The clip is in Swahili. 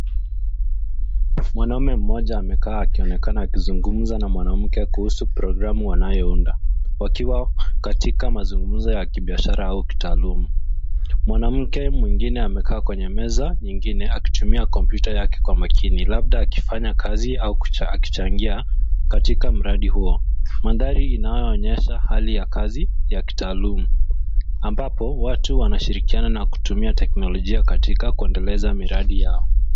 Mwanaume mmoja amekaa akionekana akizungumza na mwanamke kuhusu programu wanayounda, wakiwa katika mazungumzo ya kibiashara au kitaaluma. Mwanamke mwingine amekaa kwenye meza nyingine akitumia kompyuta yake kwa makini labda akifanya kazi au akichangia katika mradi huo. Mandhari inayoonyesha hali ya kazi ya kitaaluma, ambapo watu wanashirikiana na kutumia teknolojia katika kuendeleza miradi yao.